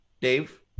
Dave